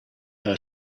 her